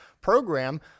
program